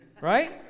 right